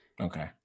Okay